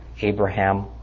Abraham